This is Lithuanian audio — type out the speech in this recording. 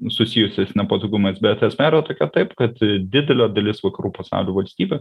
susijusiais nepatogumais bet esmė yra tokia taip kad didelė dalis vakarų pasaulio valstybių